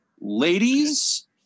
ladies